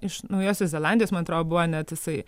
iš naujosios zelandijos man atrodo buvo net jisai